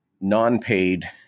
Non-paid